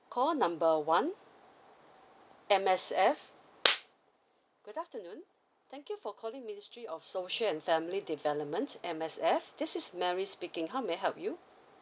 call number one M_S_F good afternoon thank you for calling ministry of social and family development M_S_F this is mary speaking how may I help you